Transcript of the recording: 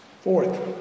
Fourth